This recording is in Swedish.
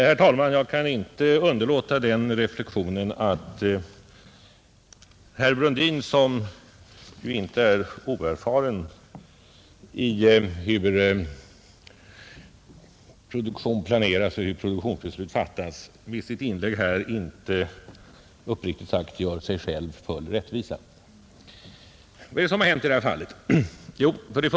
Herr talman! Jag kan inte underlåta att göra den reflexionen att herr Brundin, som ju inte är oerfaren i hur produktion planeras och produktionsbeslut fattas, med sitt inlägg här uppriktigt sagt inte har gjort sig själv full rättvisa. Vad som hänt är följande.